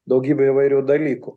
daugybė įvairių dalykų